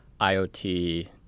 IoT